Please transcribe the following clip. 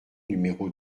numéro